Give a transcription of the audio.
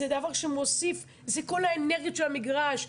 זה כל האנרגיות של המגרש.